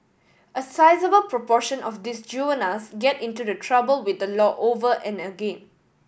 a sizeable proportion of these juveniles get into the trouble with the law over and again